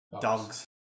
dogs